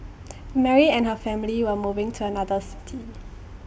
Mary and her family were moving to another city